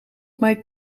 mijn